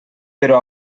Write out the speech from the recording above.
però